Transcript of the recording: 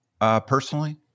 personally